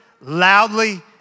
loudly